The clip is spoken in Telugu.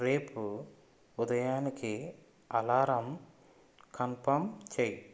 రేపు ఉదాయానికి అలారం కన్ఫర్మ్ చేయి